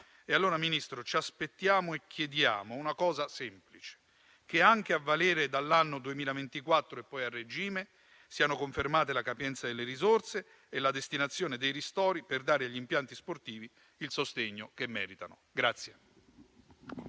signor Ministro, ci aspettiamo e chiediamo è molto semplice, ovvero che anche a valere dall'anno 2024 e poi a regime siano confermate la capienza delle risorse e la destinazione dei ristori per dare agli impianti sportivi il sostegno che meritano.